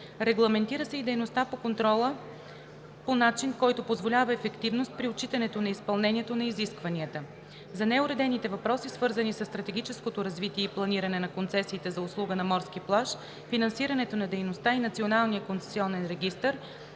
Регламентира се и дейността по контрола по начин, който позволява ефективност при отчитането на изпълнението на изискванията. За неуредените въпроси, свързани със стратегическото развитие и планиране на концесиите за услуга на морски плаж, финансирането на дейността и Националния концесионен регистър,